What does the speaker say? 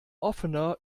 offener